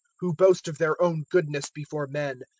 who boast of their own goodness before men,